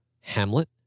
Hamlet